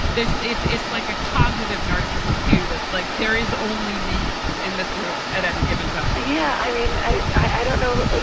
there's it's it's like a cognitive narcissism, too. that's like there is only me in this room at any given time yeah. i mean, i don't know.